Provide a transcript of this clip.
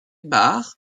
barres